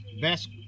Best